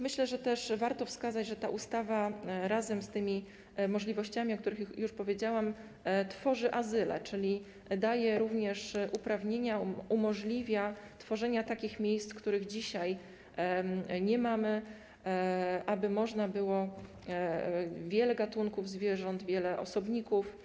Myślę też, że warto wskazać, że ta ustawa, razem z możliwościami, o których już powiedziałam, tworzy azyle, czyli daje również uprawnienia, umożliwia tworzenie takich miejsc, których dzisiaj nie mamy, tak by można było bezpiecznie przechowywać wiele gatunków zwierząt, wiele osobników.